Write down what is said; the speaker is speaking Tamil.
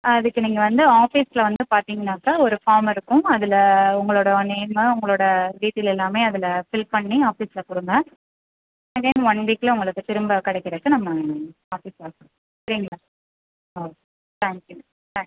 அதுக்கு நீங்கள் வந்து ஆஃபீஸில் வந்து பார்த்தீங்கன்னாக்கா ஒரு ஃபார்ம் இருக்கும் அதில் உங்களோடய நேம்மு உங்களோடய டீட்டெயில் எல்லாமே அதில் ஃபில் பண்ணி ஆஃபீஸில் கொடுங்க அகைன் ஒன் வீக்கில் உங்களுக்கு திரும்ப கிடைக்கறதுக்கு நம்ம ஆஃபீஸ் வரணும் ஓகேங்களா okay thank you thank you